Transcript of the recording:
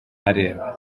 areba